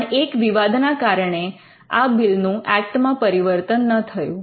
પણ એક વિવાદના કારણે આ બિલ નું ઍક્ટ માં પરિવર્તન ન થયું